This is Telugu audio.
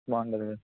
బాగుంటుంది కదా